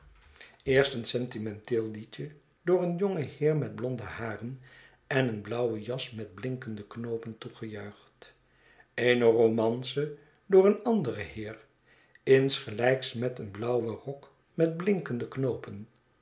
eerst een sentimenteel liedje door een jongen heer met blonde haren en eene blauwe jas met blinkende knoopen toegejuicht eene romance door een ander heer insgelijks met een blauwen rok met blinkende knoopen